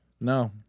no